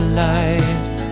life